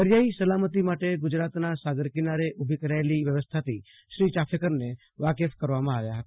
દરિયાઈ સલામતી માટે ગજરાતના સાગર કિનારે ઉભી કરાયેલી વ્યવસ્થાથી શ્રી ચાફેકરને વાકેફ કરવામાં આવેલ હતી